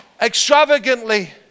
extravagantly